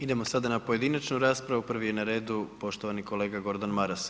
Idemo sada na pojedinačnu raspravu, prvi je na redu poštovani kolega Gordan Maras.